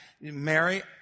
Mary